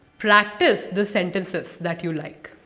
practise the sentences that you like.